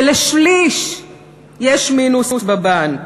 שלשליש יש מינוס בבנק,